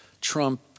Trump